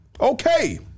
Okay